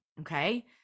Okay